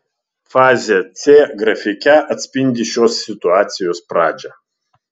fazė c grafike atspindi šios situacijos pradžią